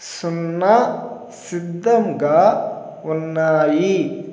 సున్నా సిద్ధంగా ఉన్నాయి